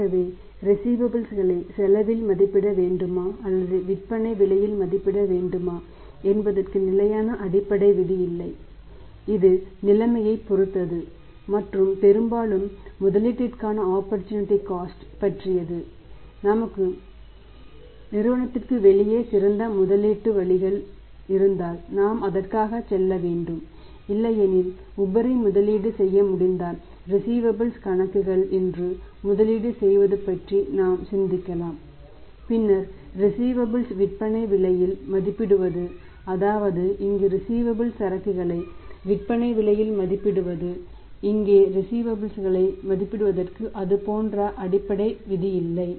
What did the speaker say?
ஆகவே ரிஸீவபல்ஸ் களை மதிப்பிடுவதற்கு அதுபோன்ற போன்ற அடிப்படை விதி இல்லை